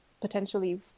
potentially